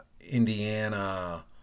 Indiana